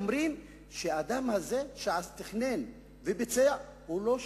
אומרים שהאדם הזה שתכנן ואף ביצע הוא לא שפוי,